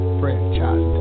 franchise